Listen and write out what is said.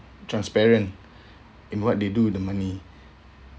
transparent in what they do with the money